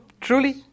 Truly